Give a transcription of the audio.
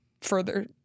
further